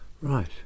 Right